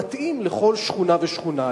מתאים לכל שכונה ושכונה.